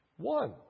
One